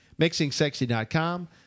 MixingSexy.com